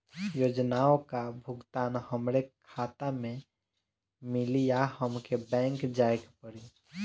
योजनाओ का भुगतान हमरे खाता में मिली या हमके बैंक जाये के पड़ी?